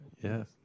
yes